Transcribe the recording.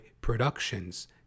Productions